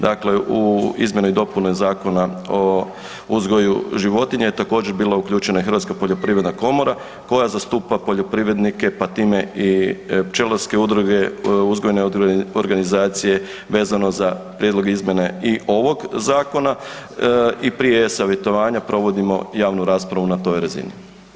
Dakle, u izmjene i dopuna Zakona o uzgoju životinja je također bilo uključena i Hrvatska poljoprivredna komora koja zastupa poljoprivrednike pa time i pčelarske udruge, uzgojne organizacije vezano za prijedlog izmjene i ovog zakona i prije e-savjetovanja provodimo javnu raspravu na toj razini.